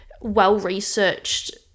well-researched